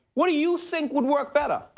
what do you think would work better? oh,